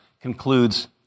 concludes